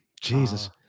Jesus